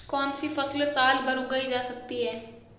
कौनसी फसल साल भर उगाई जा सकती है?